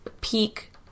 peak